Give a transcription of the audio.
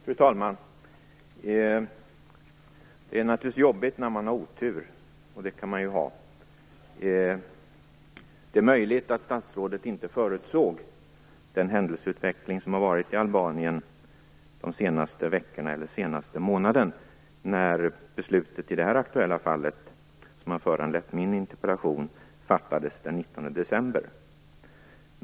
Fru talman! Det är naturligtvis jobbigt när man har otur. Det kan man ju ha. Det är möjligt att statsrådet inte förutsåg den händelseutveckling som har varit i Albanien de senaste veckorna eller den senaste månaden när beslutet i det här aktuella fallet, som har föranlett min interpellation, fattades den 19 december.